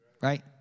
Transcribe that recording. right